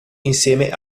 insieme